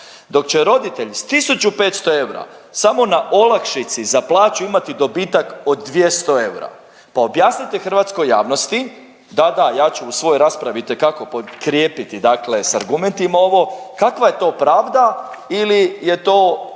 Dok će roditelj s 1.500,00 eura samo na olakšici za plaću imati dobitak od 200 eura. Pa objasnite hrvatskoj javnosti, da, da ja ću u svojoj raspravi itekako potkrijepiti dakle sa argumentima ovo, kakva je to pravda ili je to